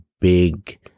big